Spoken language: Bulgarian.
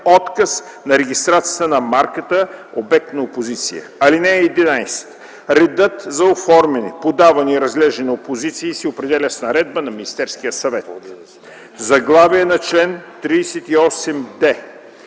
отказ на регистрацията на марката - обект на опозиция. (11) Редът за оформяне, подаване и разглеждане на опозиции се определя с наредба на Министерския съвет. Спиране на